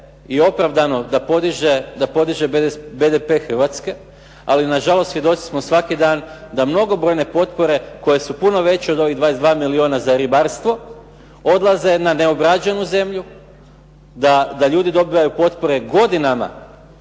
i opravdano da podiže BDP Hrvatske ali na žalost svjedoci smo svaki dan da mnogobrojne potpore koje su puno veće od ovih 22 milijuna za ribarstvo, odlaze na neobrađenu zemlju, da ljudi dobivaju potpore godinama,